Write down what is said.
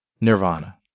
nirvana